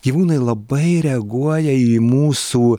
gyvūnai labai reaguoja į mūsų